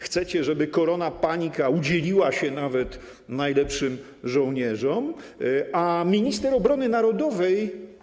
Chcecie, żeby koronapanika udzieliła się nawet najlepszym żołnierzom, a minister obrony narodowej.